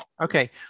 Okay